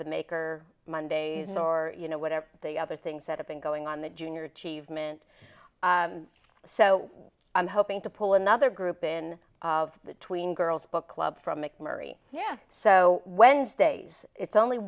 the make or mondays nor you know whatever the other things that have been going on the junior achievement so i'm hoping to pull another group in of between girls book club from mcmurry yeah so when days it's only